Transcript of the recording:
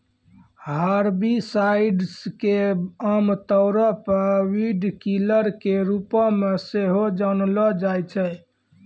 herbicides के आमतौरो पे वीडकिलर के रुपो मे सेहो जानलो जाय छै